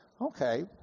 Okay